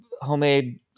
homemade